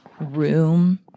room